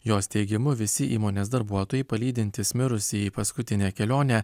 jos teigimu visi įmonės darbuotojai palydintys mirusįjį į paskutinę kelionę